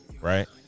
right